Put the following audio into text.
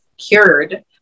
cured